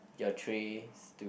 your tray